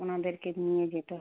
ওনাদেরকে নিয়ে যেতে হবে